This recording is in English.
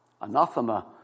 anathema